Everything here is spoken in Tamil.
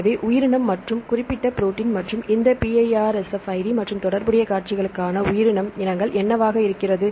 எனவே உயிரினம் மற்றும் குறிப்பிட்ட ப்ரோடீன் மற்றும் இந்த PIRSF id மற்றும் தொடர்புடைய காட்சிகளுக்கான உயிரினம் இனங்கள் என்னவாக இருக்கிறது